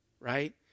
right